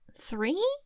three